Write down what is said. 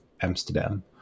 Amsterdam